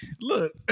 Look